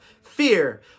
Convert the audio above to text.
fear